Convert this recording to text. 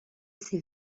ses